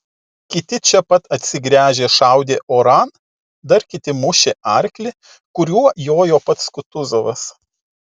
kiti čia pat atsigręžę šaudė oran dar kiti mušė arklį kuriuo jojo pats kutuzovas